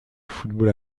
football